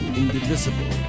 indivisible